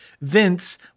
Vince